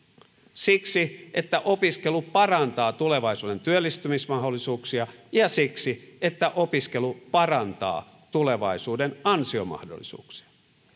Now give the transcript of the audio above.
siksi että opiskelu parantaa tulevaisuuden työllistymismahdollisuuksia ja siksi että opiskelu parantaa tulevaisuuden ansiomahdollisuuksia